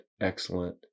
excellent